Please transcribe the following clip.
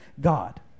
God